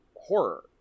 horror